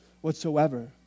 whatsoever